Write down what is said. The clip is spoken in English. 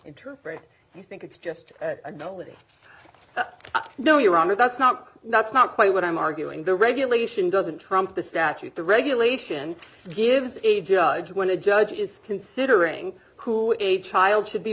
interpret i think it's just that no your honor that's not that's not quite what i'm arguing the regulation doesn't trump the statute the regulation gives a judge when a judge is considering cool a child should be